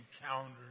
encountered